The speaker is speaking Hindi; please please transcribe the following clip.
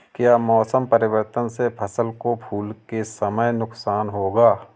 क्या मौसम परिवर्तन से फसल को फूल के समय नुकसान होगा?